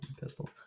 pistol